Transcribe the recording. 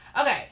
Okay